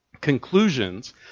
conclusions